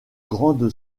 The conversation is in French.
grande